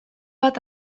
bat